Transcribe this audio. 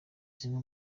zimwe